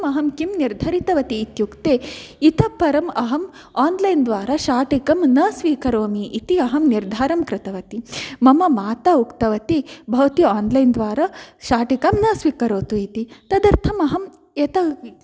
किं निर्धारितवती इत्युक्ते इतः परम् अहम् आन्लैन् द्वारा शाटिकं न स्वीकरोमि इति अहं निर्धारं कृतवती मम माता उक्तवती भवती आन्लैन् द्वारा शाटिकां न स्वीकरोतु इति तदर्थम् अहम् एत